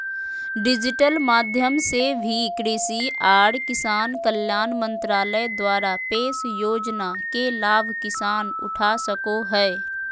digital माध्यम से भी कृषि आर किसान कल्याण मंत्रालय द्वारा पेश योजना के लाभ किसान उठा सको हय